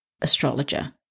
astrologer